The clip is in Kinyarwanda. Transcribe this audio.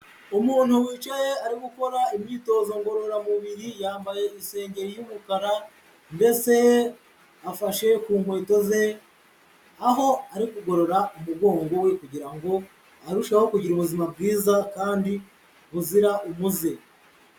Umuntu wicaye ari gukora imyitozo ngororamubiri, yambaye isengeri y'umukara ndetse afashe ku nkweto ze, aho ari kugorora umugongo we kugira ngo arusheho kugira ubuzima bwiza kandi buzira umuze.